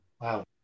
Wow